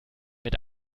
mit